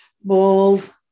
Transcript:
bold